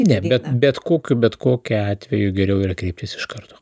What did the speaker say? ne bet bet kokiu bet kokiu atveju geriau yra kreiptis iš karto